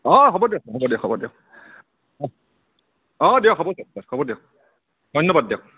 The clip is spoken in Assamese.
অঁ হ'ব দিয়ক হ'ব দিয়ক হ'ব দিয়ক অঁ দিয়ক হ'ব দিয়ক হ'ব দিয়ক ধন্যবাদ দিয়ক